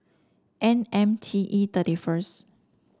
N M T E thirty first